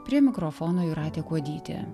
prie mikrofono jūratė kuodytė